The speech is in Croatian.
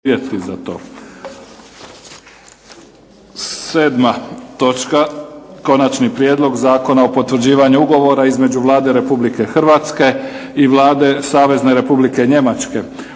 Neven (SDP)** Konačni prijedlog Zakona o potvrđivanju Ugovora između Vlade Republike Hrvatske i Vlade Savezne Republike Njemačke